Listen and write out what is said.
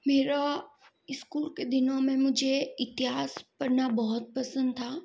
मेरा स्कूल के दिनों में मुझे इतिहास पढ़ना बहुत पसंद था